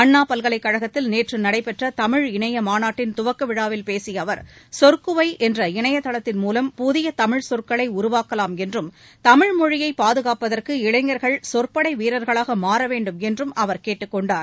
அண்ணா பல்கலைக்கழகத்தில் நேற்று நடைபெற்ற தமிழ் இணைய மாநாட்டின் துவக்க விழாவில் பேசிய அவர் சொற்குவை என்ற இணையதளத்தின் மூலம் புதிய தமிழ் சொற்களை உருவாக்கலாம் என்றும் தமிழ்மொழியை பாதுகாப்பதற்கு இளைஞர்கள் சொற்படை வீரர்களாக மாற வேண்டும் என்றும் அவர் கேட்டுக் கொண்டார்